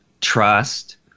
trust